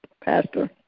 Pastor